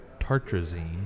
tartrazine